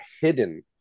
hidden